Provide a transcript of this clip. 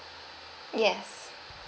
yes